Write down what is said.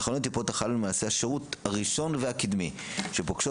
תחנות אלו הן גוף השירות הראשון והקדמי שפוגשות